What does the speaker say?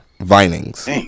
Vinings